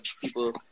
people